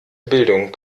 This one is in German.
bildung